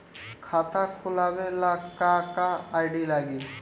खाता खोलाबे ला का का आइडी लागी?